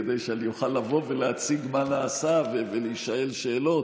כדי שאני אוכל לבוא ולהציג מה נעשה ולהישאל שאלות,